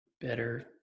Better